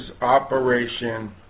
Operation